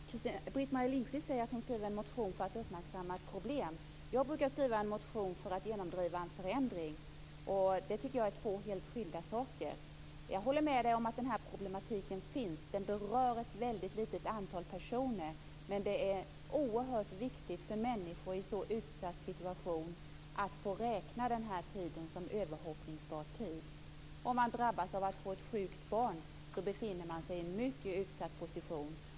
Fru talman! Britt-Marie Lindkvist säger att hon skriver en motion för att uppmärksamma ett problem. Jag brukar skriva en motion för att genomdriva en förändring. Det är två helt skilda saker. Jag håller med om att problematiken finns. Den berör ett väldigt litet antal personer, men det är oerhört viktigt för människor i en så utsatt situation att få räkna den här tiden som överhoppningsbar tid. Om man drabbas av att få ett sjukt barn befinner man sig i en mycket utsatt position.